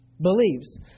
Believes